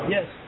Yes